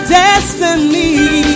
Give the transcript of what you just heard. destiny